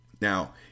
Now